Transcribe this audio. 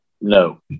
no